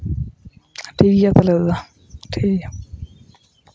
ᱴᱷᱤᱠ ᱜᱮᱭᱟ ᱛᱟᱦᱚᱞᱮ ᱫᱟᱫᱟ ᱴᱷᱤᱠ ᱜᱮᱭᱟ